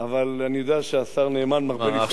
אבל אני יודע שהשר נאמן מרבה לנסוע לחברון,